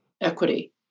equity